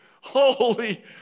holy